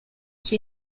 qui